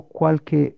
qualche